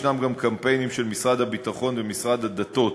ישנם גם קמפיינים של משרד הביטחון ומשרד הדתות